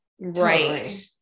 Right